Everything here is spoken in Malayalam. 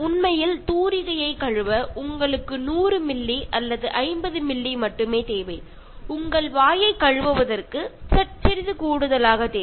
യഥാർത്ഥത്തിൽ നമുക്ക് 100 മില്ലി ലിറ്റർ അല്ലെങ്കിൽ 50 മില്ലി ലിറ്റർ വെള്ളം മതിയാകും ബ്രുഷും വായും വൃത്തിയാക്കുന്നതിന്